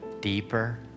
deeper